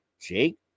Jake